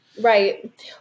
Right